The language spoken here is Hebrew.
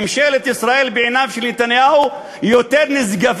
ממשלת ישראל בעיניו של נתניהו יותר נשגבת